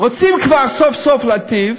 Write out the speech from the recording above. רוצים כבר סוף-סוף להיטיב,